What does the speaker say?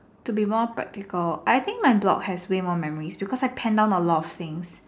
to be more practical I think my blog has way more memories because I pen down a lot of things